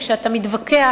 כשאתה מתווכח.